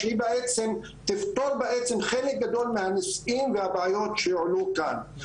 שבעצם תפתור חלק גדול מהנושאים והבעיות שעלו כאן.